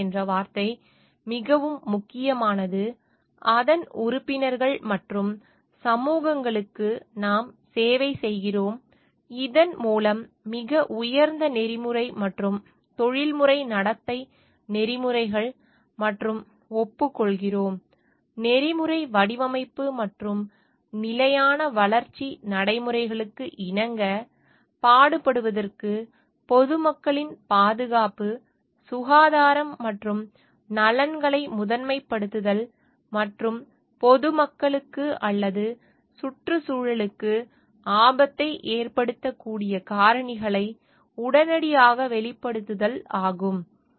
கடமை என்ற வார்த்தை மிகவும் முக்கியமானது அதன் உறுப்பினர்கள் மற்றும் சமூகங்களுக்கு நாம் சேவை செய்கிறோம் இதன்மூலம் மிக உயர்ந்த நெறிமுறை மற்றும் தொழில்முறை நடத்தை நெறிமுறைகள் மற்றும் ஒப்புக்கொள்கிறோம் நெறிமுறை வடிவமைப்பு மற்றும் நிலையான வளர்ச்சி நடைமுறைகளுக்கு இணங்க பாடுபடுவதற்கு பொதுமக்களின் பாதுகாப்பு சுகாதாரம் மற்றும் நலன்களை முதன்மைப்படுத்துதல் மற்றும் பொதுமக்களுக்கு அல்லது சுற்றுச்சூழலுக்கு ஆபத்தை ஏற்படுத்தக்கூடிய காரணிகளை உடனடியாக வெளிப்படுத்துதல் ஆகும்